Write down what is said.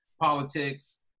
politics